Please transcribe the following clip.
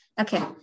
okay